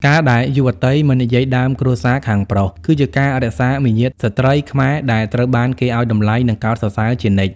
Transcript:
ការដែលយុវតី "មិននិយាយដើមគ្រួសារខាងប្រុស" គឺជាការរក្សាមារយាទស្ត្រីខ្មែរដែលត្រូវបានគេឱ្យតម្លៃ និងកោតសរសើរជានិច្ច។